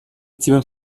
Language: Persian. تیم